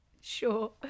Sure